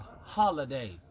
holiday